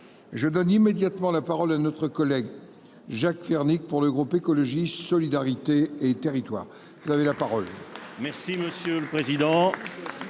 Je donne immédiatement la parole à notre collègue Jacques Fernique, pour le groupe écologiste solidarité et territoires avait la parole.